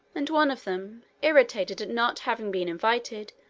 and one of them, irritated at not having been invited,